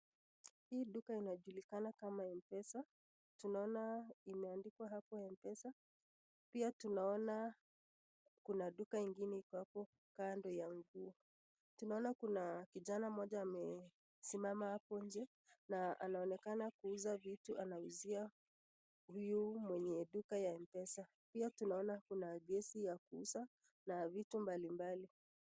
Hii duka inajulikana kama Mpesa, tunaona imeandikwa hapo mpesa, pia tunaona kuna duka ingine hapo kando ya nguo. Tunaona kuna kijana mmoja amesimama hapo nje na anaonekana kuuza vitu anauzia huyu mwenye duka ya mpesa, pia tunaona kuna gesi ya kuuza na vitu mbalimbali.